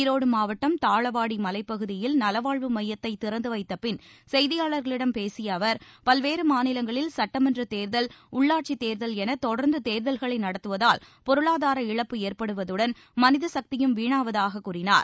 ஈரோடு மாவட்டம் தாளவாடி மலைப்பகுதியில் நலவாழ்வு மையத்தை திறந்து வைத்த பின் செய்தியாளா்களிடம் பேசிய அவா் பல்வேறு மாநிலங்களில் சட்டமன்ற தேர்தல் உள்ளாட்சித் தேர்தல் என தொடர்ந்து தேர்தல்களை நடத்துவதால் பொருளாதார இழப்பு ஏற்படுவதுடன் மனிதசக்தியும் வீணாவதாக கூறினார்